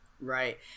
Right